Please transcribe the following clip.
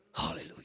Hallelujah